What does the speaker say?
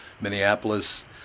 Minneapolis